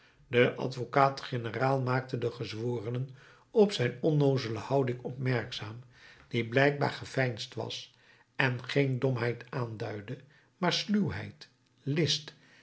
de advocaat-generaal maakte de gezworenen op zijn onnoozele houding opmerkzaam die blijkbaar geveinsd was en geen domheid aanduidde maar sluwheid list